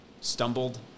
stumbled